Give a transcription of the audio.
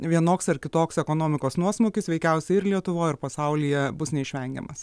vienoks ar kitoks ekonomikos nuosmukis veikiausiai ir lietuvoj ir pasaulyje bus neišvengiamas